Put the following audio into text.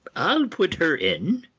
i'll put her in.